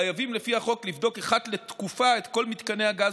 חייבים לפי החוק לבדוק אחת לתקופה את כל מתקני הגז